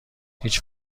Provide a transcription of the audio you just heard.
هیچ